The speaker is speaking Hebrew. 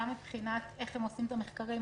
גם מבחינת איך הם עושים את המחקרים,